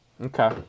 Okay